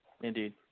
Indeed